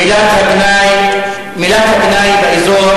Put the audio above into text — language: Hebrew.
מילת הגנאי באזור,